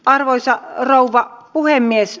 arvoisa rouva puhemies